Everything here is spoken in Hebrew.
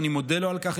ואני מודה לו על כך,